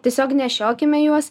tiesiog nešiokime juos